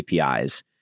APIs